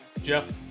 Jeff